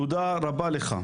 תודה רבה לך,